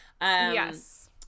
Yes